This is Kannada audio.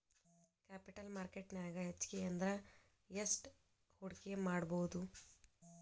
ಕ್ಯಾಪಿಟಲ್ ಮಾರ್ಕೆಟ್ ನ್ಯಾಗ್ ಹೆಚ್ಗಿ ಅಂದ್ರ ಯೆಸ್ಟ್ ಹೂಡ್ಕಿಮಾಡ್ಬೊದು?